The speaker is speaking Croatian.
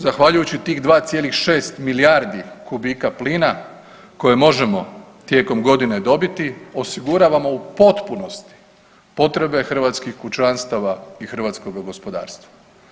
Zahvaljujući tih 2,6 milijardi kubika plina koje možemo tijekom godine dobiti osiguravamo u potpunosti potrebe hrvatskih kućanstava i hrvatskoga gospodarstva.